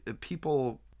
people